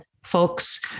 Folks